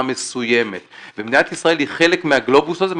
מסוימת ומדינת ישראל היא חלק מהגלובוס הזה,